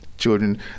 children